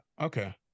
okay